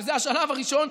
שזה השלב הראשון,